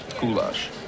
goulash